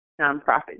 nonprofit